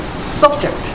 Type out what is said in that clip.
subject